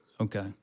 Okay